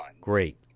Great